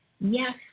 Yes